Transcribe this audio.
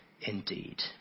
indeed